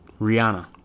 Rihanna